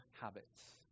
habits